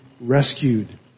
rescued